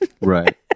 Right